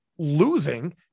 Losing